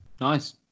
Nice